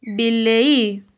ବିଲେଇ